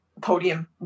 podium